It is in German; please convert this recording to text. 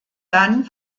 dann